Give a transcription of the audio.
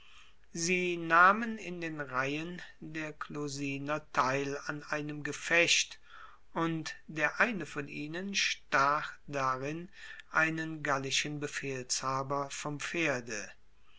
sie nahmen in den reihen der clusiner teil an einem gefecht und der eine von ihnen stach darin einen gallischen befehlshaber vom pferde